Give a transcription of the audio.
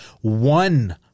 One